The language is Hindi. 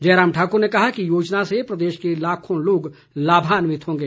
जयराम ठाकुर ने कहा कि योजना से प्रदेश के लाखों लोग लाभान्वित होंगे